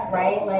right